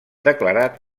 declarat